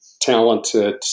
talented